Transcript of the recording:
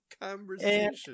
conversation